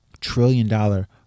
trillion-dollar